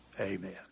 amen